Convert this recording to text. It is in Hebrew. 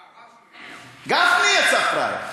אה, גפני יצא פראייר.